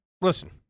listen